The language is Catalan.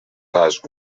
pas